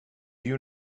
you